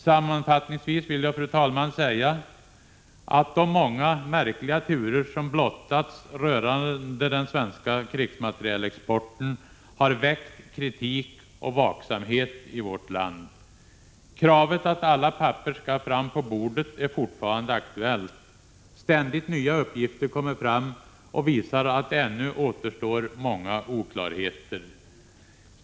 Sammanfattningsvis vill jag, fru talman, säga att de många märkliga turer som blottats rörande den svenska krigsmaterielexporten har väckt kritik och vaksamhet i vårt land. Kravet att alla papper skall fram på bordet är fortfarande aktuellt. Ständigt nya uppgifter kommer fram och visar att ännu återstår många oklarheter.